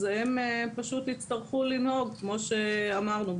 אז הם פשוט יצטרכו לנהוג כמו שאמרנו,